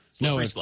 No